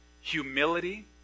humility